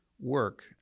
work